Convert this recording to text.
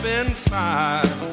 inside